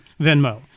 Venmo